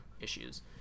issues